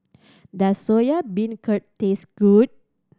does Soya Beancurd taste good